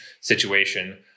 situation